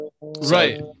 right